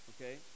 Okay